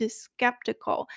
skeptical